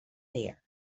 there